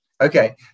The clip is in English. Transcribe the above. Okay